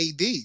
AD